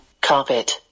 carpet